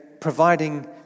providing